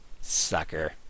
Sucker